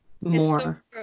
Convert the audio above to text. more